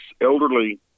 elderly